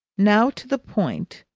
now to the point,